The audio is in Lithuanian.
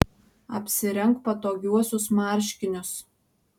apsirenk patogiuosius marškinius